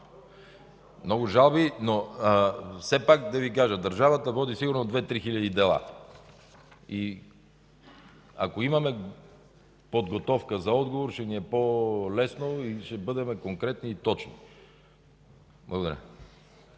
Много жалби, но все пак да Ви кажа – държавата води сигурно две три хиляди дела. Ако имаме подготовка за отговор, ще ни е по-лесно и ще бъдем конкретни и точни. Благодаря.